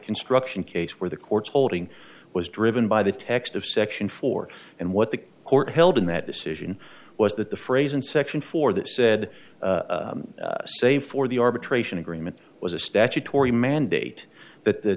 construction case where the court's holding was driven by the text of section four and what the court held in that decision was that the phrase in section four that said same for the arbitration agreement was a statutory mandate that the